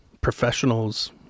professionals